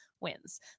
wins